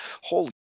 Holy